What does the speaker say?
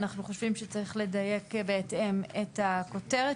אנחנו חושבים שצריך לדייק בהתאם את הכותרת